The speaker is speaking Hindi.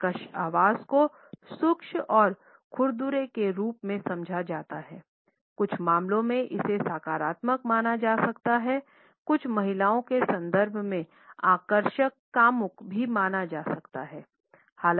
कर्कश आवाज़ को शुष्क और खुरदुरे के रूप में समझा जाता है कुछ मामलों में इसे सकारात्मक माना जा सकता है कुछ महिलाओं के संदर्भ में आकर्षक कामुक भी माना जा सकता है